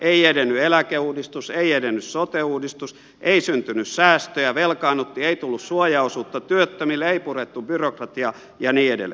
ei edennyt eläkeuudistus ei edennyt sote uudistus ei syntynyt säästöjä velkaannuttiin ei tullut suojaosuutta työttömille ei purettu byrokratiaa ja niin edelleen